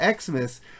Xmas